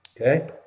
Okay